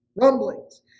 rumblings